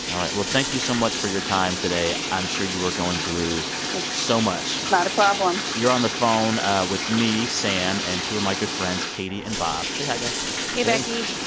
all right. well, thank you so much for your time today. i'm sure you are going through so much not a problem you're on the phone ah with me, sam, and two of my good friends, katie and bob. say hi, guys hey, becky.